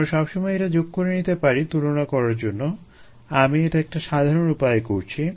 আমরা সবসময়ই এটা যোগ করে নিতে পারি তুলনা করার জন্য আমি এটা একটা সাধারণ উপায়ে করছি